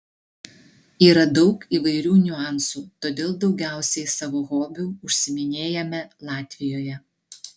yra daug įvairių niuansų todėl daugiausiai savo hobiu užsiiminėjame latvijoje